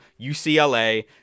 ucla